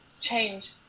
change